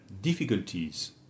difficulties